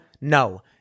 No